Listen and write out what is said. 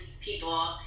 people